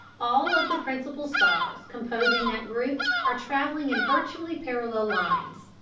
all of the principle stars composing that group are traveling in virtually parallel lines.